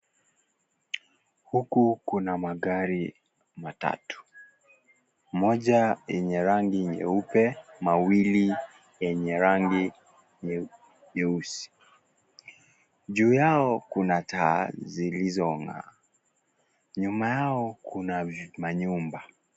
Huku Kuna magari matatu, moja yenye rangi nyeupe, mawili yenye rangi meusi juu yao kuna taa zilizo ng'aa nyuma yao kuna manyumba.